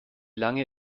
lange